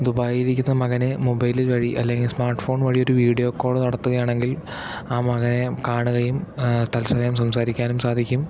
ദുബായിലിരിക്കുന്ന മകനെ മൊബൈലിൽ വഴി അല്ലെങ്കിൽ സ്മാർട്ട്ഫോൺ വഴി ഒരു വീഡിയോക്കോള് നടത്തുകയാണെങ്കിൽ ആ മകനെ കാണുകയും തത്സമയം സംസാരിക്കാനും സാധിക്കും